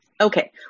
Okay